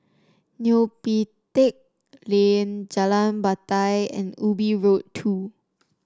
Neo Pee Teck Lane Jalan Batai and Ubi Road Two